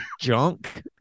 junk